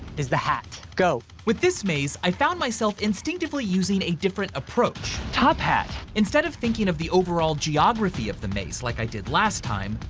is the hat go. with this maze, i found myself instinctively using a different approach. top hat instead of thinking of the overall geography of the maze, like i did last time.